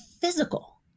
physical